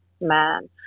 man